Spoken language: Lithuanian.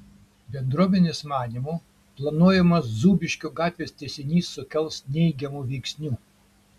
bendruomenės manymu planuojamas zūbiškių gatvės tęsinys sukels neigiamų veiksnių